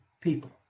people